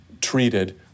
treated